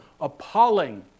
appalling